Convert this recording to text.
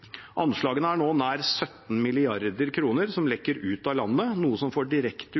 Anslagene er nå at nær 17 mrd. kr lekker ut av landet, noe som får direkte